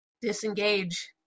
Disengage